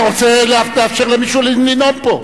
אתה רוצה לאפשר למישהו לנאום פה?